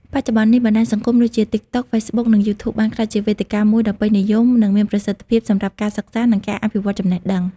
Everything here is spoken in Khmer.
បច្ចុប្បន្ននេះ បណ្ដាញសង្គមដូចជា តិកតុក, ហ្វេសបុក, និង យូធូប បានក្លាយជាវេទិកាមួយដ៏ពេញនិយម និងមានប្រសិទ្ធភាពសម្រាប់ការសិក្សា និងការអភិវឌ្ឍចំណេះដឹង។